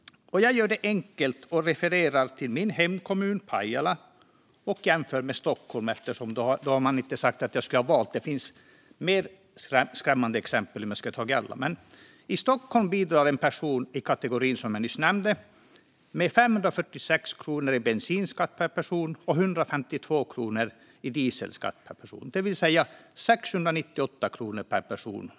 Jag gör det enkelt och refererar till min hemkommun Pajala och jämför med Stockholm, eftersom man då inte kommer att säga att jag har valt en viss kommun. Det finns mer skrämmande exempel om jag skulle tagit en annan kommun. I Stockholm bidrar en person i kategorin som jag nämnde nyss med 546 kronor i bensinskatt och 152 kronor i dieselskatt per person, det vill säga 698 kronor per person.